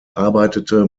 arbeitete